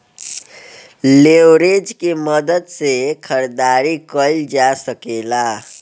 leverage के मदद से खरीदारी कईल जा सकेला